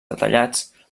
detallats